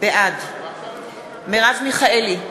בעד מרב מיכאלי,